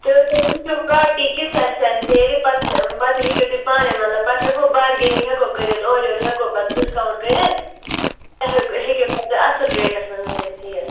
تہٕ تُہۍ وُچھو کۄالٹی کِژھ آسہِ سانہِ سیرِ پَتہٕ پَتہٕ ہیٚکِو تُہۍ پانٔے مطلب پتہٕ ہیٚکو بارگِینِنٛگ ہیٚکو کٔرِتھ اورٕ یور ہیٚکو پَتہٕ ڈِسکاوُنٛٹ کٔرِتھ تۄہہِ ہیٚکوٕ پَتہٕ اصٕل ریٹَس منٛز میٖلِتھ سیٖرِ